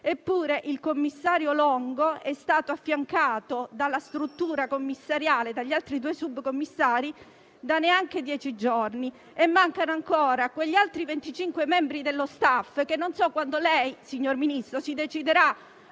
eppure il commissario Longo è stato affiancato dagli altri due subcommissari da neanche dieci giorni e mancano ancora quegli altri 25 membri dello *staff*, che non so quando lei, signor Ministro, si deciderà